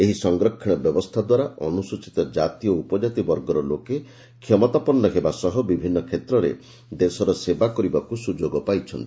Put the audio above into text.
ଏହି ସଂରକ୍ଷଶ ବ୍ୟବସ୍କା ଦ୍ୱାରା ଅନୁସ୍ଟଚୀତ କାତି ଏବଂ ଉପଜାତି ବର୍ଗର ଲୋକେ କ୍ଷମତାପନ୍ ହେବା ସହ ବିଭିନ୍ନ କ୍ଷେତ୍ରରେ ଦେଶର ସେବା କରିବାକୁ ସୁଯୋଗ ପାଇଛନ୍ତି